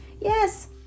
Yes